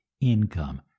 income